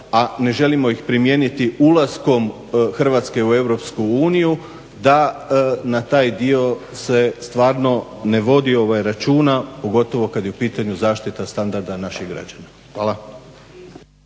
a ne želimo ih primijeniti ulaskom Hrvatske u Europske uniju da na taj dio se stvarno ne vodi računa, pogotovo kad je u pitanju zaštita standarda naših građana. Hvala.